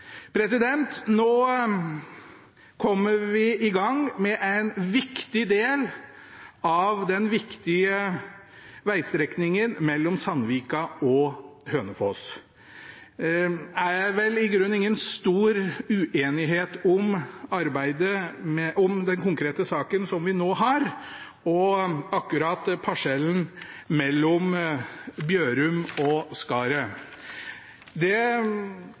Nå kommer vi i gang med en viktig del av den viktige vegstrekningen mellom Sandvika og Hønefoss. Det vel i grunn ingen stor uenighet om den konkrete saken som vi nå har til behandling, parsellen mellom Bjørum og Skaret. Det